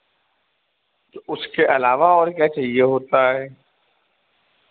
तो उसके अलावा और क्या चाहिए होता है